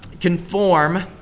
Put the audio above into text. conform